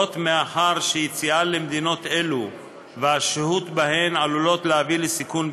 מאחר שיציאה למדינות אלו והשהות בהן עלולות להביא לסיכון ביטחוני,